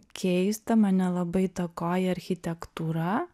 keista mane labai įtakoja architektūra